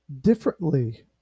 differently